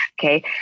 Okay